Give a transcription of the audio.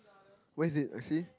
where is it I see